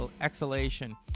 exhalation